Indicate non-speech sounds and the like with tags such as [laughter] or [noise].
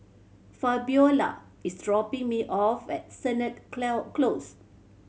Fabiola is dropping me off at Sennett [unintelligible] Close